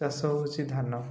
ଚାଷ ହେଉଛି ଧାନ